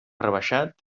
rebaixat